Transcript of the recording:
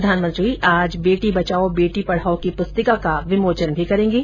प्रधानमंत्री आज बेटी बचाओ बेटी पढाओ की प्रस्तिका का विमोचन भी करेंगे